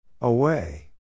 Away